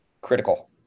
critical